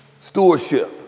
stewardship